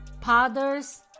powders